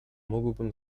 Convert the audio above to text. mógłbym